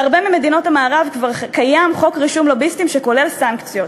בהרבה ממדינות המערב כבר קיים חוק רישום לוביסטים שכולל סנקציות,